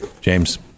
James